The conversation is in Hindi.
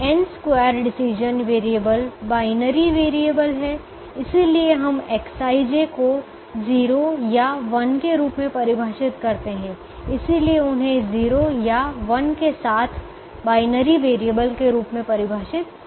n square decision variable binary variable हैं इसलिए हम Xij को 0 या 1 के रूप में परिभाषित करते हैं इसलिए उन्हें 0 या 1 के साथ बाइनरी वेरिएबल के रूप में परिभाषित किया जाता है